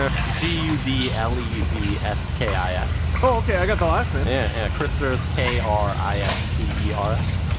ah g u d l e v s k i s. oh, okay, i got the last name. yeah, kristers is k r i s t e r s.